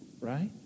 Right